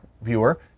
viewer